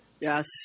Yes